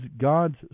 God's